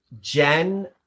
Jen